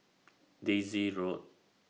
Daisy Road